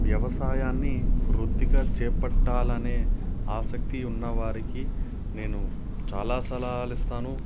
వ్యవసాయాన్ని వృద్దిగా చేపట్టాలనే ఆసక్తి ఉన్నవారికి నేను చాలా సలహాలు ఇస్తాను